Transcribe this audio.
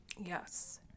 yes